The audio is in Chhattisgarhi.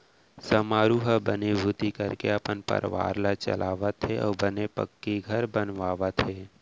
समारू ह बनीभूती करके अपन परवार ल चलावत हे अउ बने पक्की घर बनवावत हे